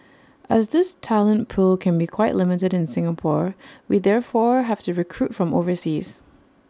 as this talent pool can be quite limited in Singapore we therefore have to recruit from overseas